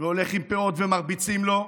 והולך עם פאות ומרביצים לו,